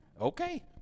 Okay